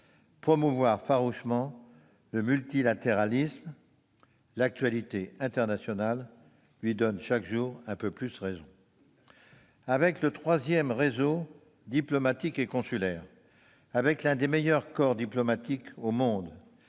promouvoir farouchement le multilatéralisme. L'actualité internationale lui donne chaque jour un peu plus raison. Tout à fait ! Avec le troisième réseau diplomatique et consulaire, avec l'un des meilleurs corps diplomatiques au monde,